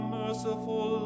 merciful